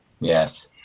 Yes